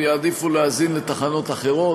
ויעדיפו להאזין לתחנות אחרות.